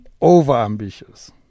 over-ambitious